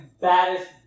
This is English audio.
baddest